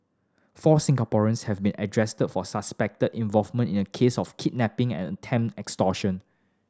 four Singaporeans have been arrested for suspected involvement in a case of kidnapping and attempt extortion